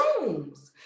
rooms